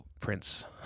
prince